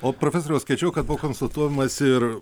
o profesoriaus skaičiau kad buvo konsultuojamasi ir